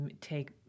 take